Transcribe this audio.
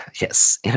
Yes